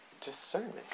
discernment